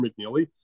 McNeely